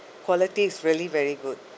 quality is really very good